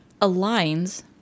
aligns